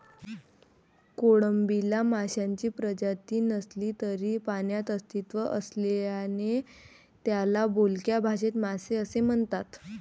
कोळंबीला माशांची प्रजाती नसली तरी पाण्यात अस्तित्व असल्याने त्याला बोलक्या भाषेत मासे असे म्हणतात